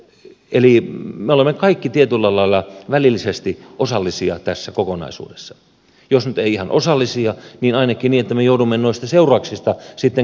eli me olemme kaikki tietyllä lailla välillisesti osallisia tässä kokonaisuudessa jos nyt ei ihan osallisia niin ainakin niin että me joudumme noista seurauksista sitten kärsimään